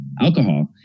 alcohol